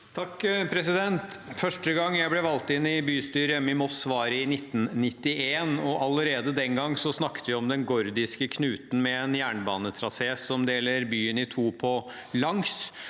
(H) Første gang jeg ble valgt inn i bystyret hjemme i Moss var i 1991. Allerede den gang snakket vi om den gordiske knuten med en jernbanetrasé som deler byen i to på langs,